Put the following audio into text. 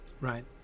right